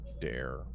dare